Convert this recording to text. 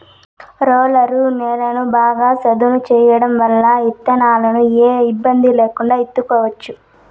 roller నేలను బాగా సదును చేయడం వల్ల ఇత్తనాలను ఏ ఇబ్బంది లేకుండా ఇత్తుకోవచ్చు